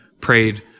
prayed